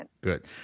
good